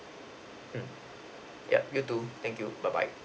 mm yup you too thank you bye bye